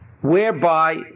whereby